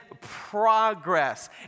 progress